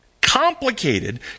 complicated